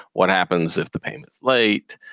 what happens if the payment's late.